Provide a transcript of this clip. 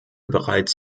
bereits